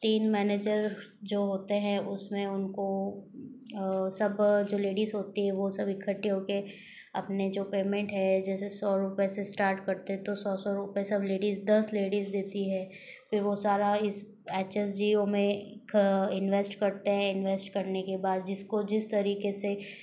तीन मैनेजर जो होते हैं उसमें उनको सब जो लेडिस होती है वो सब इकट्ठी होके अपने जो पेमेंट है जैसे सौ रुपए से स्टार्ट करते हैं तो सौ सौ रुपए सब लेडिस दस लेडिस देती है फिर वह सारा इस एच एस जी ओ में इन्वेस्ट करते हैं इन्वेस्ट करने के बाद जिसको जिस तरीके से